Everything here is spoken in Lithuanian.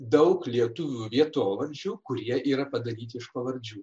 daug lietuvių vietovardžių kurie yra padaryti iš pavardžių